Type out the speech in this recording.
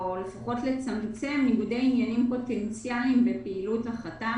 לפחות לצמצם ניגודי עניינים פוטנציאלים בפעילות החתם.